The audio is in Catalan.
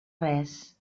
res